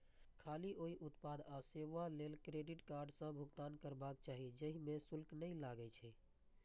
खाली ओइ उत्पाद आ सेवा लेल क्रेडिट कार्ड सं भुगतान करबाक चाही, जाहि मे शुल्क नै लागै छै